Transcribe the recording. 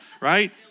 right